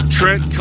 Trent